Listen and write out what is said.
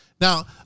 Now